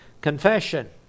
confession